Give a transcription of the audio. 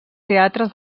teatres